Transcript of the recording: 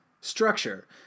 structure